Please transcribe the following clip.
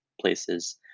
places